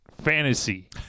fantasy